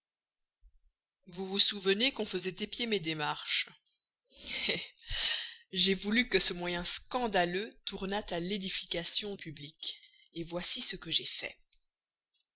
vous vous souvenez qu'on faisait épier mes démarches en bien j'ai voulu que ce moyen scandaleux tournât à l'édification publique voici ce que j'ai fait